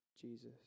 Jesus